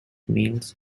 males